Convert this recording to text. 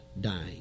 dying